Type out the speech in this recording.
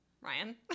Ryan